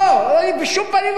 בשום פנים ואופן.